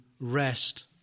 rest